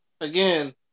again